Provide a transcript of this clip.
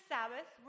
Sabbath